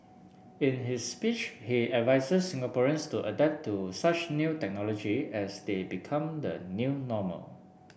in his speech he advices Singaporeans to adapt to such new technology as they become the new normal